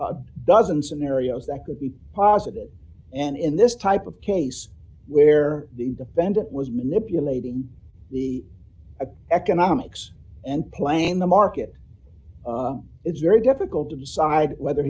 dozens in areas that could be positive and in this type of case where the defendant was manipulating the economics and playing the market it's very difficult to decide whether